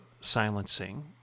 silencing